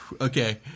Okay